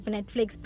Netflix